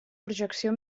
projecció